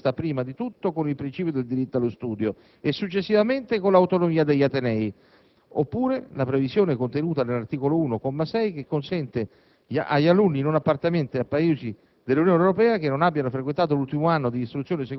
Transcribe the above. scolastici precedenti, contrastando questa, prima di tutto, con il principio del diritto allo studio e, successivamente, con l'autonomia degli atenei. Oppure, la previsione contenuta nell'articolo 1, comma 6, che consente agli alunni, non appartenenti a Paesi